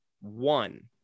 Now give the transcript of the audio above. one